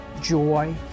joy